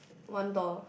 one door